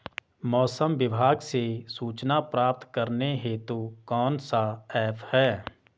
मौसम विभाग से सूचना प्राप्त करने हेतु कौन सा ऐप है?